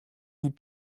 vous